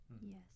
Yes